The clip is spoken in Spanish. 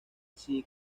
así